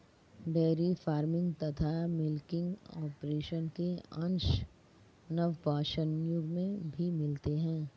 dairy farming तथा milking operation के अंश नवपाषाण युग में भी मिलते हैं